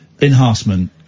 enhancement